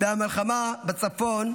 והמלחמה בצפון,